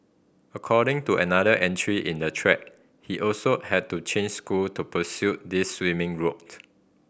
according to another entry in the thread he also had to change school to pursue this swimming route